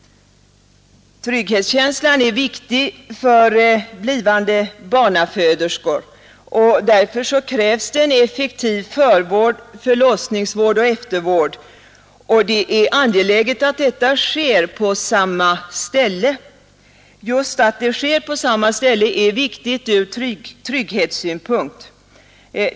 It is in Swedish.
Trygghetskänslan är viktig för blivande barnaföderskor. Därför krävs det effektiv förvård, förlossningsvård och eftervård. Att detta sker på samma ställe är viktigt ur trygghetssynpunkt.